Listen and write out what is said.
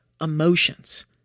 emotions